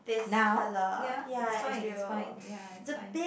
now ya it's fine it's fine ya it's fine